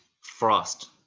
frost